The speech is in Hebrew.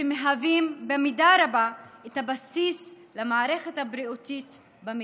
ומהווים במידה רבה את הבסיס למערכת הבריאות במדינה.